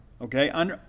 Okay